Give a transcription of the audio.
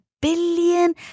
billion